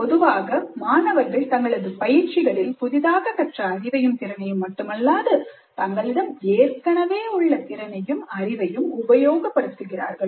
பொதுவாக மாணவர்கள் தங்களது பயிற்சிகளில் புதிதாக கற்ற அறிவையும் திறனையும் மட்டுமல்லாது தங்களிடம் ஏற்கனவே உள்ள திறனையும் அறிவையும் உபயோகப்படுத்துகிறார்கள்